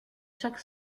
chaque